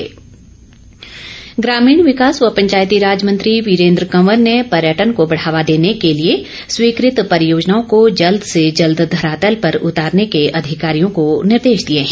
वीरेंद्र कंवर ग्रामीण विकास व पंचायती राज मंत्री वीरेंद्र कंवर ने पर्यटन को बढ़ावा देने के लिए स्वीकृत परियोजनाओं को जल्द से जल्द धरातल पर उतारने के अधिकारियों को निर्देश दिए हैं